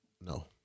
No